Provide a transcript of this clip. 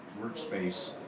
workspace